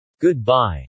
Goodbye